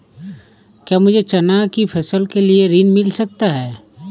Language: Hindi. क्या मुझे चना की फसल के लिए ऋण मिल सकता है?